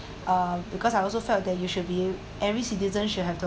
uh because I also felt that you should be every citizen should have the